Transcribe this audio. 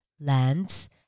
lands